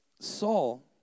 Saul